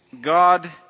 God